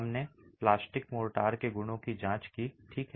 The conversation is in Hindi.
हमने प्लास्टिक मोर्टार के गुणों की जांच की ठीक है